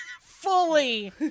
fully